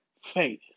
faith